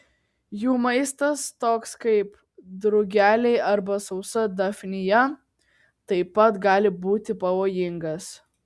jų maistas toks kaip drugeliai arba sausa dafnija taip pat gali būti pavojingas